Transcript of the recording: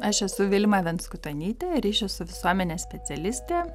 aš esu vilma venskutonytė ryšių su visuomene specialistė